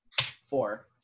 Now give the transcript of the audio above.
Four